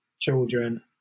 children